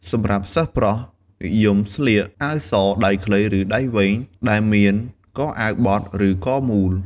សម្រាប់សិស្សប្រុស និយមស្លៀក អាវសដៃខ្លី ឬ ដៃវែង ដែលមានកអាវបត់ ឬកមូល។